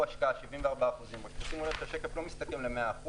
השקעה 74%. שימו לב שהשקף לא מסתכם ל-100%,